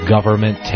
Government